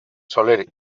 soler